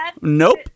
Nope